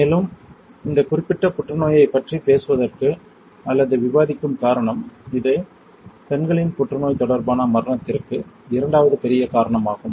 மேலும் இந்த குறிப்பிட்ட புற்றுநோயைப் பற்றி பேசுவதற்கு அல்லது விவாதிக்கும் காரணம் இது பெண்களின் புற்றுநோய் தொடர்பான மரணத்திற்கு இரண்டாவது பெரிய காரணமாகும்